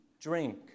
drink